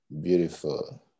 Beautiful